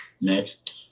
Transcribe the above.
next